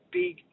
big